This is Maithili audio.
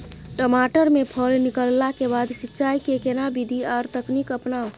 टमाटर में फल निकलला के बाद सिंचाई के केना विधी आर तकनीक अपनाऊ?